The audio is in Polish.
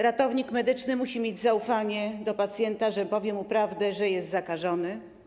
Ratownik medyczny musi mieć zaufanie do pacjenta, że powie mu prawdę, że jest zakażony.